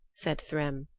said thrym.